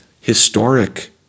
historic